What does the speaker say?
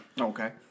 Okay